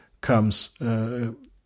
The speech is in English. comes